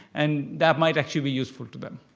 and that might actually be useful to them.